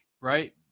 Right